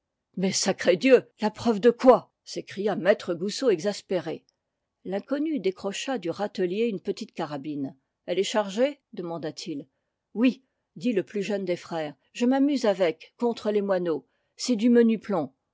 mais sacrédieu la preuve de quoi cria maître goussot exaspéré l'inconnu décrocha du râtelier une petite carabine elle est chargée demanda-t-il oui dit le plus jeune des frères je m'amuse avec contre les moineaux c'est du menu plomb